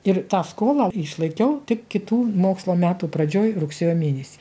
ir tą skolą išlaikiau tik kitų mokslo metų pradžioj rugsėjo mėnesį